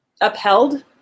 upheld